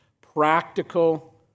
practical